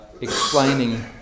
explaining